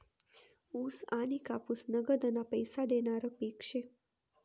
ऊस आनी कापूस नगदना पैसा देनारं पिक शे